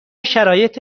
شرایط